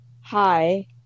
hi